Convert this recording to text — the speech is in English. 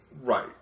Right